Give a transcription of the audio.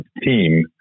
team